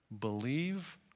Believe